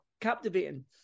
captivating